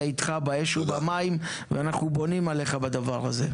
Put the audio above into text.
איתך באש ובמים ואנחנו בונים עליך בדבר הזה.